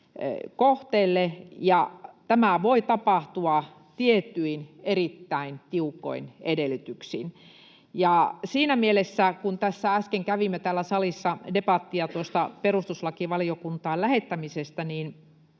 tämä voi tapahtua tietyin erittäin tiukoin edellytyksin. Siinä mielessä, kun tässä äsken kävimme täällä salissa debattia tuosta perustuslakivaliokuntaan lähettämisestä, on